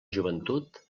joventut